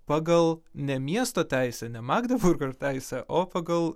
pagal ne miesto teisę ne magderburgo teisę o pagal